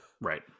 right